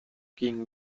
gegen